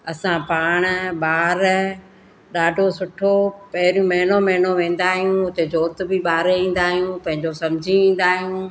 असां पाण ॿार ॾाढो सुठो पहिरियूं महिनो महिनो वेंदा आहियूं हुते जोति बि ॿारे ईंदा आहियूं पंहिंजो सम्झी ईंदा आहियूं